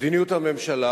מדיניות הממשלה